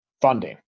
funding